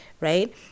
right